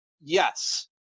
Yes